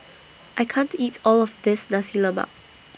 I can't eat All of This Nasi Lemak